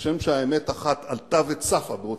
כשם שאמת אחת עלתה וצפה בעוצמתה,